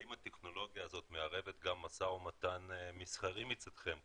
האם הטכנולוגיה הזאת מערבת גם משא ומתן מסחרי מצדכם?